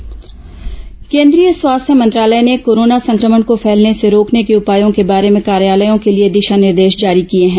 स्वास्थ्य मंत्रालय दिशा निर्दे श केंद्रीय स्वास्थ्य मंत्रालय ने कोरोना संक्रमण को फैलने से रोकने के उपायों के बारे में कार्यालयों के लिए दिशा निर्देश जारी किये हैं